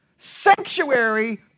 Sanctuary